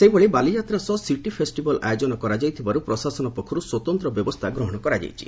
ସେହିଭଳି ବାଲି ଯାତ୍ରା ସହ city festival ଆୟୋଜନ କରାଯାଇଥିବାରୁ ପ୍ରଶାସନ ପକ୍ଷରୁ ସ୍ୱତନ୍ତ ବ୍ୟବସ୍କା ଗ୍ରହଣ କରାଯାଇଛି